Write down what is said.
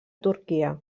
turquia